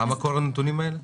מה מקור הנתונים האלה?